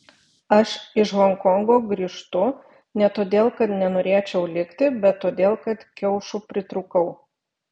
aš iš honkongo grįžtu ne todėl kad nenorėčiau likti bet todėl kad kiaušų pritrūkau